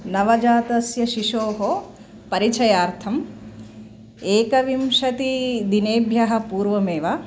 नवजातस्य शिशोः परिचयार्थम् एकविंशतिदिनेभ्यः पूर्वमेव